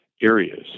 areas